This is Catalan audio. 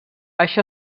això